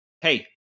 hey